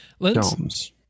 domes